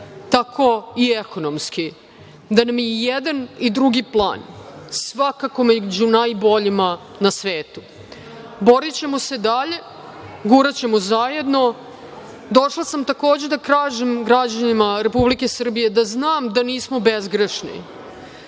tako i ekonomski. Da nam je jedan i drugi plan svakako među boljima na svetu. Borićemo se dalje, guraćemo zajedno. Došla sam da kažem građanima Republike Srbije da znam da nismo bezgrešni,